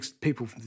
people